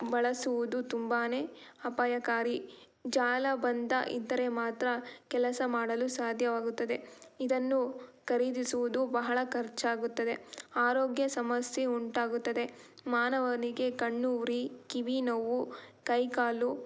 ಬಳಸುವುದು ತುಂಬನೇ ಅಪಾಯಕಾರಿ ಜಾಲಬಂಧ ಇದ್ದರೆ ಮಾತ್ರ ಕೆಲಸ ಮಾಡಲು ಸಾಧ್ಯವಾಗುತ್ತದೆ ಇದನ್ನು ಖರೀದಿಸುವುದು ಬಹಳ ಖರ್ಚಾಗುತ್ತದೆ ಆರೋಗ್ಯ ಸಮಸ್ಯೆ ಉಂಟಾಗುತ್ತದೆ ಮಾನವನಿಗೆ ಕಣ್ಣು ಉರಿ ಕಿವಿ ನೋವು ಕೈಕಾಲು